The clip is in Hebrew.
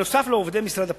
נוסף על עובדי משרד הפנים,